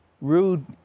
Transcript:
rude